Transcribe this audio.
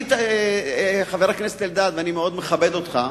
אני, חבר הכנסת אלדד, אני מאוד מכבד אותך,